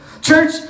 church